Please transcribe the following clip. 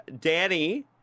Danny